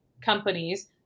companies